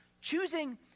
choosing